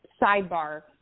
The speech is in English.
sidebar